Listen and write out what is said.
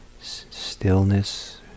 stillness